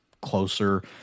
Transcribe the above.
closer